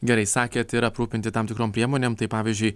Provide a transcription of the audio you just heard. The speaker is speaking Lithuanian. gerai sakėte ir aprūpinti tam tikrom priemonėm pavyzdžiui